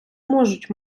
можуть